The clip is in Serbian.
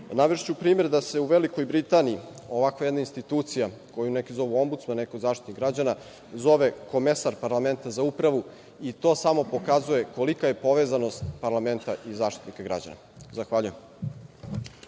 primer da se u Velikoj Britaniji ovakva jedna institucija koju neki zovu Ombudsman, neki Zaštitnik građana, zove Komesar parlamenta za upravu i to samo pokazuje kolika je povezanost parlamenta i zaštitnika građana. Hvala.